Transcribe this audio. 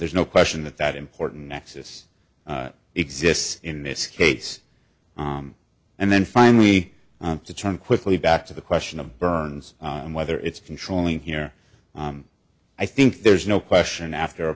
there's no question that that important nexus exists in this case and then finally to turn quickly back to the question of burns and whether it's controlling here i think there's no question after